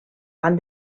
van